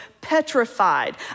petrified